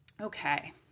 Okay